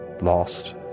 lost